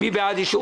מי בעד אישור